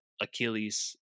achilles